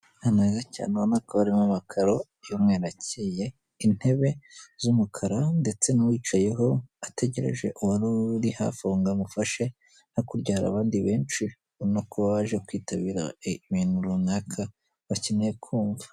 Ahantu heza cyane ubona ko harimo amakaro y'umweru akeye, intebe z'umukara ndetse n'uwicayeho ategereje uwari uri hafi aho ngo amufashe, hakurya hari abandi benshi ubona ko baje kwitabira ibintu runaka bakeneye kumva.